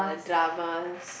uh dramas